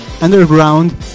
underground